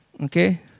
Okay